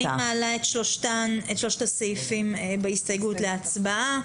אני מעלה את שלושת הסעיפים בהסתייגות להצבעה.